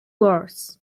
worse